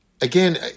again